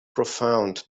profound